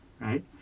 right